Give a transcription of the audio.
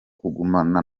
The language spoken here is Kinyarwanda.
kugumana